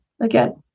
Again